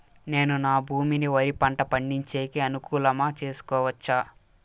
నేను నా భూమిని వరి పంట పండించేకి అనుకూలమా చేసుకోవచ్చా?